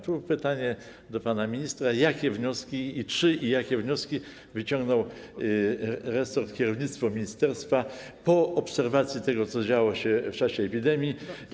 Tu pytanie do pana ministra: Czy i jakie wnioski wyciągnął resort, kierownictwo ministerstwa po obserwacji tego, co działo się w czasie epidemii?